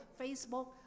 Facebook